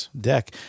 Deck